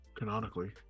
canonically